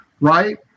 right